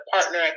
partner